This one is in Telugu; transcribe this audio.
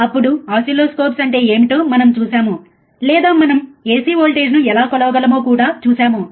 అప్పుడు ఓసిల్లోస్కోప్స్ అంటే ఏమిటో మనం చూశాము లేదా మనం ఎసి వోల్టేజ్ ను ఎలా కొలవగలమో కూడా చూశాము